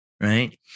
right